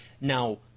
Now